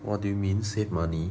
what do you mean save money